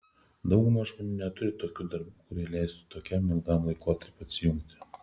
dauguma žmonių neturi tokių darbų kurie leistų tokiam ilgam laikotarpiui atsijungti